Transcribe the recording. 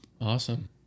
Awesome